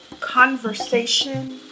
Conversation